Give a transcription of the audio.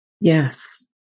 Yes